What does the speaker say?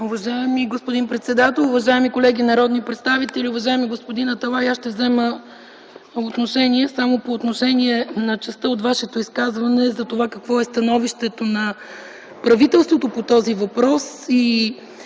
Уважаеми господин председател, уважаеми колеги народни представители, уважаеми господин Аталай! Аз ще взема отношение само по частта от Вашето изказване, за това какво е становището на правителството по този въпрос